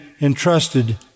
entrusted